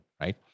right